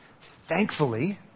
Thankfully